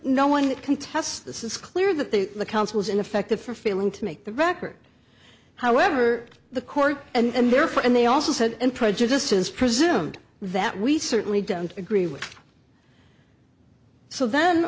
contests this is clear that the council's ineffective for failing to make the record however the court and therefore and they also said and prejudice is presumed that we certainly don't agree with so then